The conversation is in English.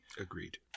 Agreed